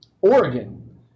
oregon